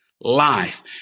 life